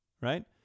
right